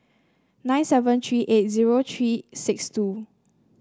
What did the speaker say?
nine seven three eight zero three six two